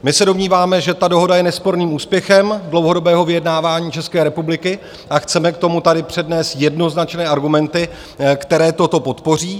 My se domníváme, že ta dohoda je nesporným úspěchem dlouhodobého vyjednávání České republiky, a chceme k tomu tady přednést jednoznačné argumenty, které toto podpoří.